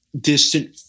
Distant